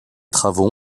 travaux